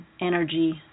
energy